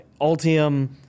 Altium